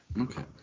Okay